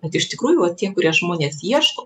bet iš tikrųjų va tie kurie žmonės ieško